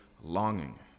longing